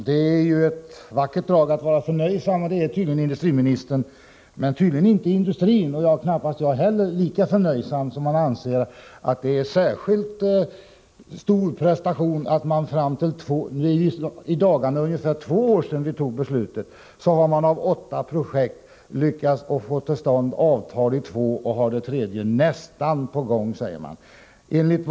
Fru talman! Det är ett vackert drag att vara förnöjsam, och det är tydligen industriministern. Men industrin är inte lika förnöjsam — och knappast jag heller. Vi anser inte att det är en särskilt stor prestation att fram till nu — det är i dagarna ungefär två år sedan riksdagen fattade beslutet — av åtta projekt ha lyckats få till stånd avtal i två fall och ha ett tredje nästan färdigt.